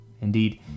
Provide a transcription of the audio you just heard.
Indeed